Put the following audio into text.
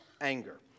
anger